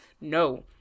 No